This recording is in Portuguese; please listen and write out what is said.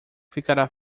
ficará